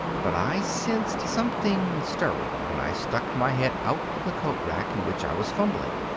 but i sensed something stirring, and i stuck my head out of the coat-rack in which i was fumbling.